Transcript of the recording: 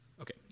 Okay